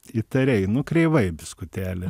įtariai nu kreivai biskutėlį